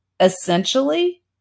essentially